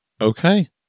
Okay